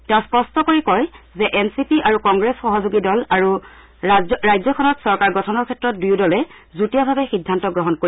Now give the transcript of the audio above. তেওঁ স্পষ্ঠ কৰি কয় যে এন চি পি আৰু কংগ্ৰেছ সহযোগী দল আৰু ৰাজ্যখনত চৰকাৰ গঠনৰ ক্ষেত্ৰত দুয়োদলে যুটীয়াভাৱে সিদ্ধান্ত গ্ৰহণ কৰিব